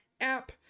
app